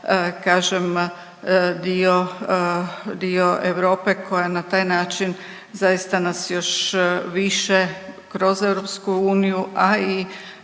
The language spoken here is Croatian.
kažem dio Europe koja na taj način zaista nas još više kroz EU, a i